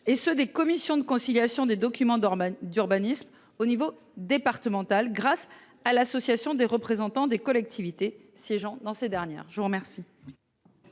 et ceux des commissions de conciliation des documents d'hormones d'urbanisme au niveau départemental. Grâce à l'association des représentants des collectivités siégeant dans ces dernières, je vous remercie.